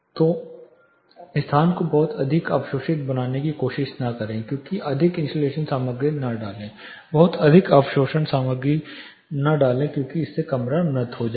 तो स्थान को बहुत अधिक अवशोषित बनाने की कोशिश न करें बहुत अधिक इन्सुलेशन सामग्री न डालें बहुत अधिक अवशोषण सामग्री न डालें ताकि कमरा बहुत अधिक मृत हो जाए